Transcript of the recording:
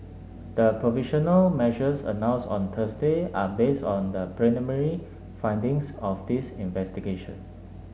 the provisional measures announced on Thursday are based on the preliminary findings of this investigation